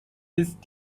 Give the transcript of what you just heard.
ist